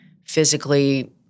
physically